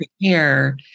prepare